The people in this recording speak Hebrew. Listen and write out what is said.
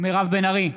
מירב בן ארי,